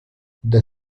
the